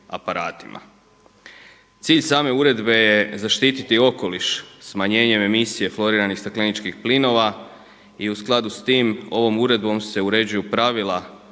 Cilj same uredbe je zaštititi okoliš smanjenjem emisije floriranih stakleničkih plinova i u skladu s tim ovom uredbom se uređuju pravila